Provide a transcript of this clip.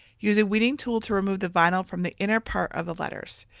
use a weeding tool to remove the vinyl from the inner part of the letters.